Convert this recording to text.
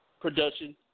production